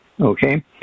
Okay